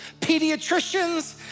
pediatricians